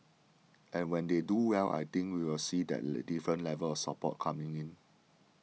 and when they do well I think we will see that different level of support coming in